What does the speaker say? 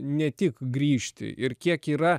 ne tik grįžti ir kiek yra